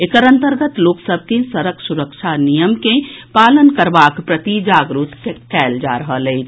एकर अंतर्गत लोक सभ के सड़क सुरक्षा नियम के पालन करबाक प्रति जागरूक कयल जा रहल अछि